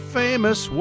famous